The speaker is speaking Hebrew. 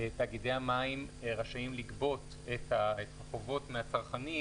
תאגידי המים רשאים לגבות את החובות מהצרכנים